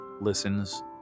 listens